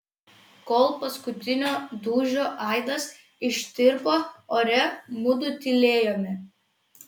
kol paskutinio dūžio aidas ištirpo ore mudu tylėjome